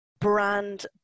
Brand